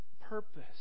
purpose